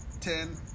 ten